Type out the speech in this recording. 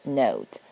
note